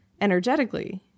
energetically